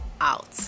out